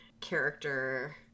character